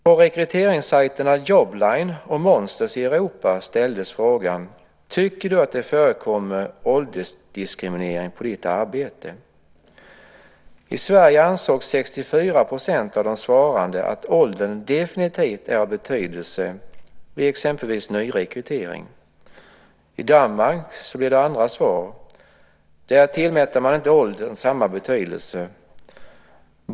På rekryteringssajterna Jobline och Monsters i Europa ställdes frågan: Tycker du att det förekommer åldersdiskriminering på ditt arbete? I Sverige ansåg 64 % av de svarande att åldern definitivt är av betydelse vid exempelvis nyrekrytering. I Danmark blev svaren annorlunda. Där tillmätte man inte åldern samma betydelse.